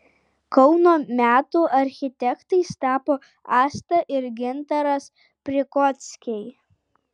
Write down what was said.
kauno metų architektais tapo asta ir gintaras prikockiai